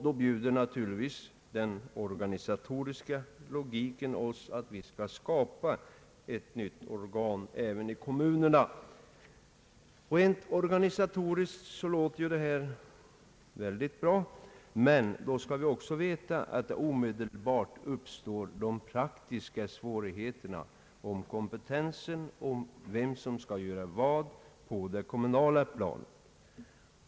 Då bjuder naturligtvis den organisatoriska logiken att vi skall skapa ett nytt organ även i kommunerna. Rent organisationsmässigt låter detta mycket bra, men vi skall veta att praktiska svårigheter omedelbart uppstår när det gäller att bedöma kompetensen — vem som skall göra vad på det kommunala planet.